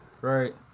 right